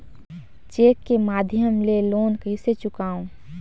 Cheque के माध्यम ले लोन कइसे चुकांव?